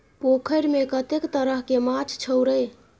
पोखैरमे कतेक तरहके माछ छौ रे?